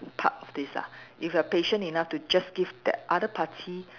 part of this lah if you are patient enough to just give that other party